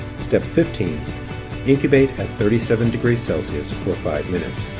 step fifteen incubate at thirty seven degrees celsius for five minutes.